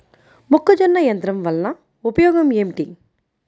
మొక్కజొన్న యంత్రం వలన ఉపయోగము ఏంటి?